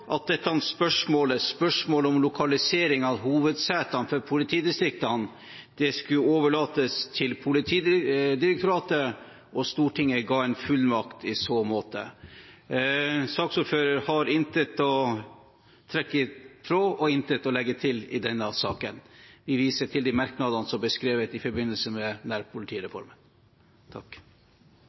at dette spørsmålet om lokalisering av hovedsetene til politidistriktene skulle overlates til Politidirektoratet, og Stortinget ga en fullmakt i så måte. Saksordføreren har intet å trekke fra, og intet å legge til i denne saken. Vi viser til de merknadene som ble skrevet i forbindelse med